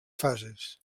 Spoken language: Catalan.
fases